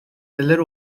neler